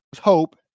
hope